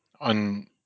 on